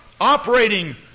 operating